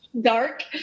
dark